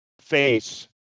face